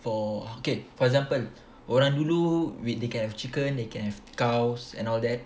for K for example orang dulu we they can have chicken they can have cows and all that